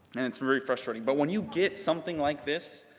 and it's very frustrating. but when you get something like this,